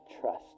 trust